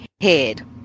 head